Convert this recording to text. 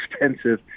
expensive